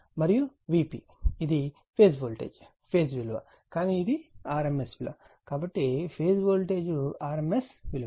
మరియు Vp ఇది phase voltage phase విలువ కానీ ఇది rms విలువ కాబట్టి ఫేజ్ వోల్టేజ్ rms విలువ